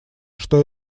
что